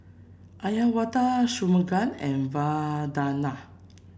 Uyyalawada Shunmugam and Vandana